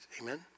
Amen